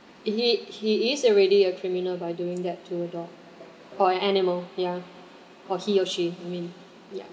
he he is already a criminal by doing her dog door or animal ya or he or she I mean ya